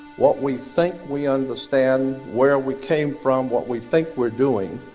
what we think we understand, where we came from, what we think we're doing,